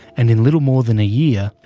and in little more than a year,